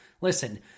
Listen